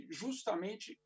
justamente